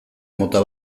mota